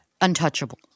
untouchable